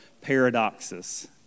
paradoxes